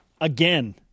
Again